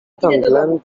glen